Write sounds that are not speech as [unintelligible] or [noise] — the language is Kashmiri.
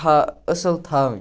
[unintelligible] اَصٕل تھاوٕنۍ